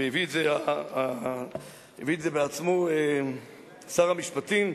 והביא את זה בעצמו שר המשפטים,